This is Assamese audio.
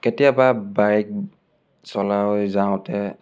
কেতিয়াবা বাইক চলাই যাওঁতে